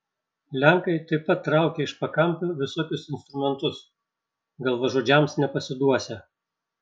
lenkai taip pat traukia iš pakampių visokius instrumentus galvažudžiams nepasiduosią